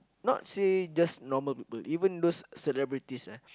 not say just normal people even those celebrities ah